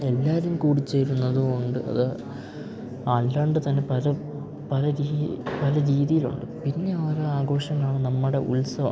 എല്ലാവരും കൂടിച്ചേരുന്നത് കൊണ്ട് അത് അല്ലാണ്ട് തന്നെ പല പല രീ പല രീതിയിലുണ്ട് പിന്നെ ഓരോ ആഘോഷങ്ങളാണ് നമ്മുടെ ഉത്സവം